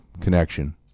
connection